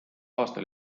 aastal